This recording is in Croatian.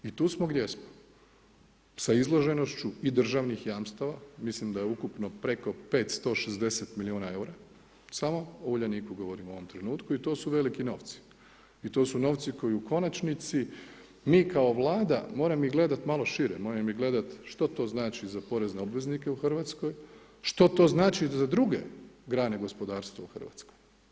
I tu smo gdje smo, s izloženošću i državnih jamstava, mislim da je ukupno preko 560 milijuna eura, samo o Uljaniku govorim u ovom trenutku i to su veliki novci i to su novci koje u konačnici mi kao Vlada moram ih gledati malo šire, moram ih gledati što to znači za porezne obveznike u Hrvatskoj, što to znači za druge grane gospodarstva u Hrvatskoj.